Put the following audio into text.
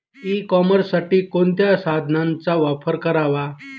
E कॉमर्ससाठी कोणत्या साधनांचा वापर करावा?